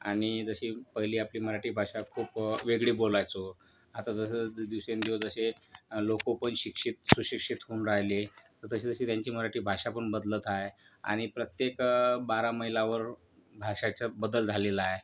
आणि जशी पहिली आपली मराठी भाषा खूप वेगळी बोलायचो आता जसं जसं दिवसेंदिवस जसे लोक पन शिक्षित सुशिक्षित होउन राहिले जशी जशी त्यांची मराठी भाषा पण बदलत आहे आणि प्रत्येक बारा मैलावर भाषेचा बदल झालेला आहे